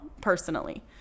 personally